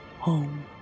home